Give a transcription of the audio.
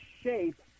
shape